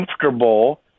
comfortable